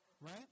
Right